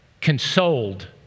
consoled